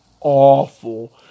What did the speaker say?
awful